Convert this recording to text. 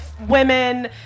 women